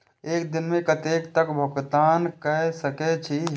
एक दिन में कतेक तक भुगतान कै सके छी